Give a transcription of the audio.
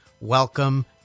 Welcome